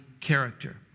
character